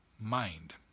mind